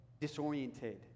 disoriented